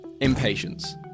impatience